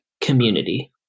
community